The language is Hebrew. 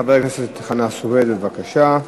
חבר הכנסת חנא סוייד, בבקשה.